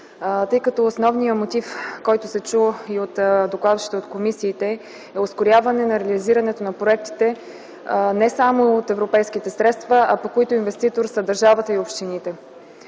тъй като основният мотив, който се чу и от докладващите от комисиите, е ускоряване на реализирането на проектите не само от европейските средства, а по които инвеститор са държавата и общините.